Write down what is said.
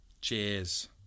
Cheers